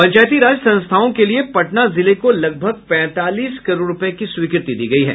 पंचायती राज संस्थाओं के लिए पटना जिले को लगभग पैंतालीस करोड़ रूपये की स्वीकृति दी गयी है